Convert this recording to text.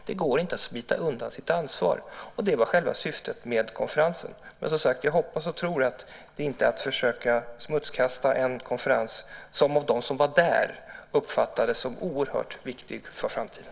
Det går inte att smita undan sitt ansvar. Det var själva syftet med konferensen. Jag hoppas och tror att detta inte är ett försök att smutskasta en konferens som de som var där uppfattade som oerhört viktig för framtiden.